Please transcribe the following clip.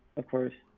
of course,